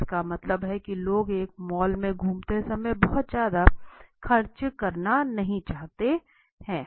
इसका मतलब है की लोग एक मॉल में घूमते समय बहुत ज़्यादा खर्च करना नहीं चाहते थे